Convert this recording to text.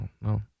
no